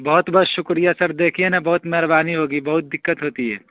بہت بہت شکریہ سر دیکھیے نا بہت مہربانی ہوگی بہت دقت ہوتی ہے